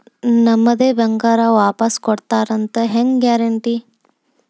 ನಮ್ಮದೇ ಬಂಗಾರ ವಾಪಸ್ ಕೊಡ್ತಾರಂತ ಹೆಂಗ್ ಗ್ಯಾರಂಟಿ?